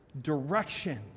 direction